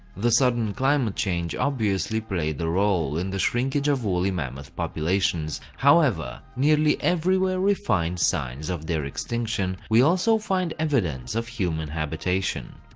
the sudden climate change obviously played a role in the shrinkage of woolly mammoth populations, however. nearly everywhere we find signs of their extinction, we also find evidence of human habitation.